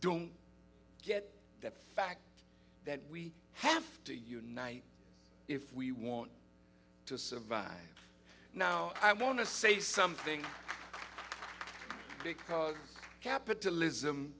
don't get that fact that we have to unite if we want to survive now i want to say something because capitalism